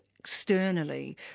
externally